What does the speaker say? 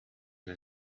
the